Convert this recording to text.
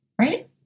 right